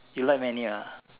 you like manual ah